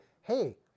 hey